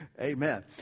Amen